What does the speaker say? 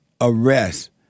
arrest